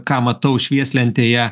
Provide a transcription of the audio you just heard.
ką matau švieslentėje